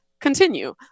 continue